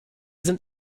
sind